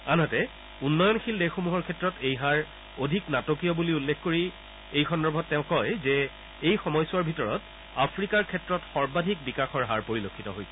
আনহাতে উন্নয়নশীল দেশসমূহৰ ক্ষেত্ৰত এই হাৰ অধিক নাটকীয় বুলি উল্লেখ কৰি এই সন্দৰ্ভত তেওঁ কয় যে এই সময়ছোৱাৰ ভিতৰত আফ্ৰিকাৰ ক্ষেত্ৰত সৰ্বাধিক বিকাশৰ হাৰ পৰিলক্ষিত হৈছে